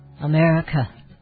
America